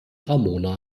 ramona